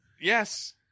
yes